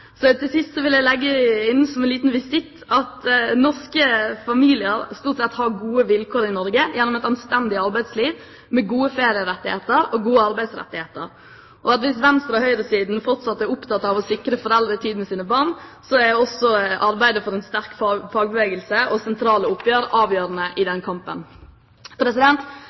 Så til sist vil jeg legge inn som en liten visitt at norske familier stort sett har gode vilkår i Norge gjennom et anstendig arbeidsliv med gode ferierettigheter og gode arbeidsrettigheter, og hvis venstre- og høyresiden fortsatt er opptatt av å sikre foreldretid med sine barn, er også arbeidet for en sterk fagbevegelse og sentrale oppgjør avgjørende i den kampen.